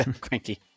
Cranky